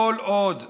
כל עוד אנחנו,